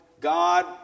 God